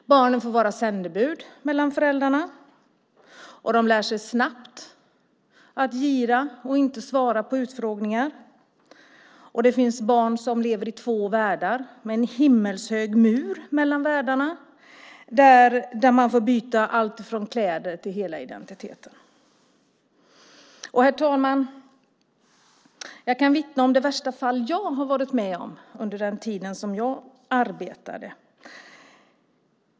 Barnen får vara sändebud mellan föräldrarna och lär sig snabbt att gira och att inte svara vid utfrågningar. Det finns även barn som lever i två världar med en himmelshög mur mellan världarna. De barnen får byta allt, från kläder till hela identiteten. Herr talman! Jag kan vittna om det värsta fallet jag var med om under den tid jag arbetade.